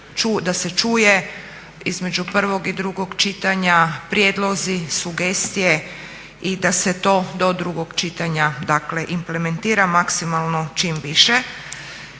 evo se čuje između prvog i drugog čitanja prijedloge, sugestije i da se to do drugog čitanja dakle implementira maksimalno čim više.